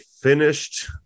finished